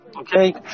okay